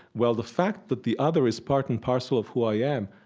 well, the fact that the other is part and parcel of who i am,